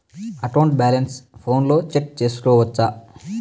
account balance ఫోనులో check సేసుకోవచ్చా